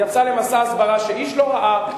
יצאה למסע הסברה שאיש לא ראה,